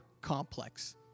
complex